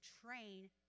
train